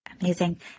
Amazing